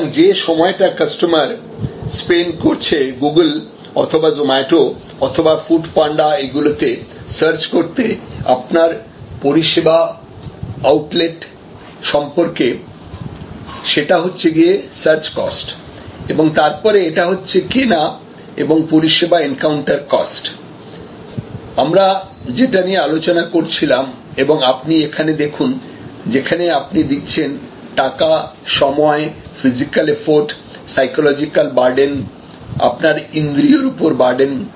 সুতরাং যে সময়টা কাস্টমার স্পেন্ট করছে গুগোল অথবা জোমাটো অথবা ফুটপান্ডা এগুলোতে সার্চ করতে আপনার পরিষেবা আউটলেট সম্পর্কে সেটা হচ্ছে গিয়ে সার্চ কস্ট এবং তারপরে এটা হচ্ছে কেনা এবং পরিষেবা এনকাউন্টার কস্ট আমরা যেটা নিয়ে আলোচনা করছিলাম এবং আপনি এখানে দেখুন যেখানে আপনি দিচ্ছেন টাকা সময় ফিজিক্যাল এফোর্ট সাইকোলজিকাল বার্ডেন আপনার ইন্দ্রিয়র উপর বার্ডেন